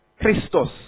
Christos